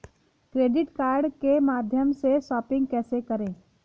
Credit card के माध्यम से शॉपिंग कैसे करें?